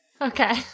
Okay